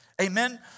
Amen